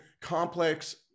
complex